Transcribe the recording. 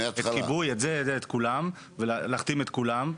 כיבוי וכו' את כולם, ולהחתים את כולם -- מהתחלה.